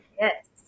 Yes